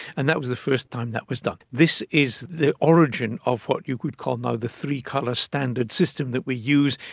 and that was the first time that was done. this is the origin of what you could call now the three-colour standard system that we use,